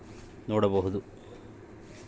ನನ್ನ ಮನೆ ಸಾಲದ ವಿವರ ಫೋನಿನಾಗ ನೋಡಬೊದ?